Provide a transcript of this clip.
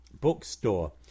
bookstore